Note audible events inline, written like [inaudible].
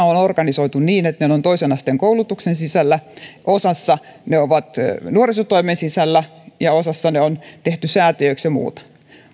[unintelligible] on organisoitu niin että ne ne ovat toisen asteen koulutuksen sisällä osassa ne ovat nuorisotoimen sisällä ja osassa ne on tehty säätiöiksi ja muuta